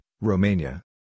Romania